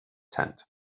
tent